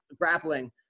grappling